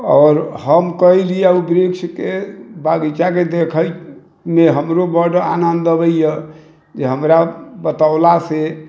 आओर हम कहलियै ओहि वृक्षके बगीचाके देखैमे हमरो बड्ड आनन्द अबैया जे हमरा बतौलासँ